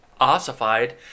ossified